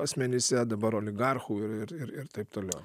asmenyse dabar oligarchų ir ir ir taip toliau